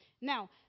Now